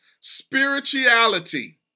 spirituality